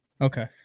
Okay